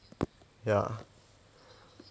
ya